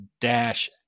dash